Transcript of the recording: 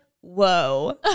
Whoa